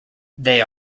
they